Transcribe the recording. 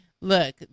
Look